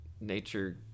nature